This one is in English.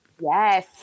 yes